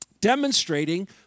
demonstrating